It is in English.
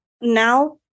Now